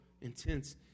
intense